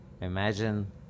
imagine